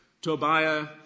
Tobiah